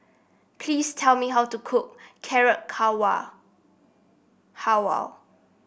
please tell me how to cook Carrot Halwa